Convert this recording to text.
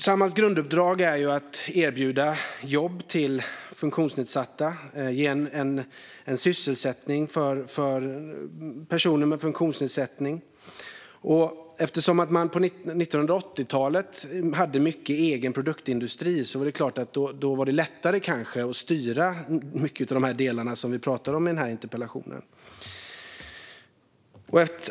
Samhalls grunduppdrag är att erbjuda sysselsättning till personer med funktionsnedsättning. Eftersom man under 1980-talet hade mycket egen produktindustri var det kanske lättare att styra de delar jag tar upp i min interpellation.